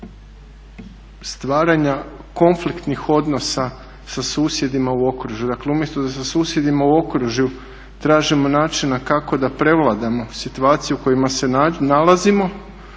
stvaranja konfliktnih odnosa sa susjedima u okružju. Dakle umjesto da sa susjedima u okružju tražimo načina kako da prevladamo situaciju u kojoj se nalazimo,